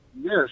Yes